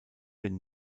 den